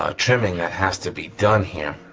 ah trimming that has to be done here.